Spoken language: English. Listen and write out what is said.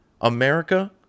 America